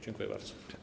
Dziękuję bardzo.